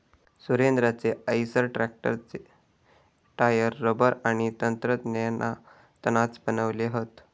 सुरेंद्राचे आईसर ट्रॅक्टरचे tyre rubber तंत्रज्ञानातनाच बनवले हत